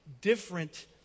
different